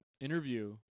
interview